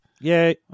Yay